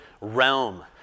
realm